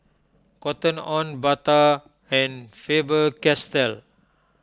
Cotton on Bata and Faber Castell